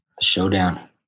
Showdown